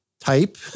type